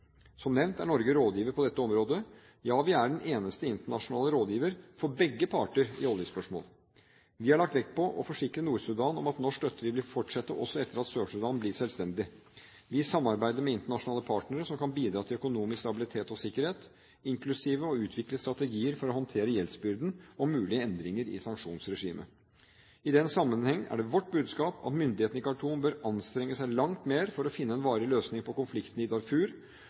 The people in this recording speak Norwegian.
Som nevnt er Norge rådgiver på dette området, ja vi er den eneste internasjonale rådgiver for begge parter i oljespørsmål. Vi har lagt vekt på å forsikre Nord-Sudan om at norsk støtte vil fortsette også etter at Sør-Sudan blir selvstendig. Vi samarbeider med internasjonale partnere som kan bidra til økonomisk stabilitet og sikkerhet, inklusiv å utvikle strategier for å håndtere gjeldsbyrden og mulige endringer i sanksjonsregimet. I den sammenheng er det vårt budskap at myndighetene i Khartoum bør anstrenge seg langt mer for å finne en varig løsning på konflikten i Darfur